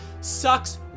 sucks